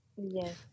Yes